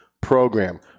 program